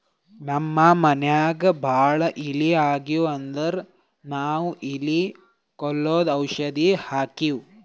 ನಮ್ಮ್ ಮನ್ಯಾಗ್ ಭಾಳ್ ಇಲಿ ಆಗಿವು ಅಂದ್ರ ನಾವ್ ಇಲಿ ಕೊಲ್ಲದು ಔಷಧ್ ಹಾಕ್ತಿವಿ